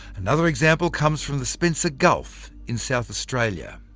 another example comes from the spencer gulf in south australia.